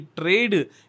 trade